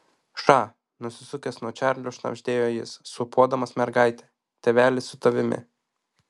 ša nusisukęs nuo čarlio šnabždėjo jis sūpuodamas mergaitę tėvelis su tavimi